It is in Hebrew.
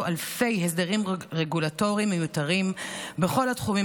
אלפי הסדרים רגולטוריים מיותרים בכל התחומים,